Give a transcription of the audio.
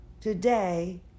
today